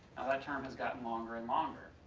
that term has gotten longer and longer.